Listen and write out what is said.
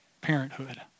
parenthood